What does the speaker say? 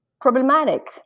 problematic